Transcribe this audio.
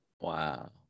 wow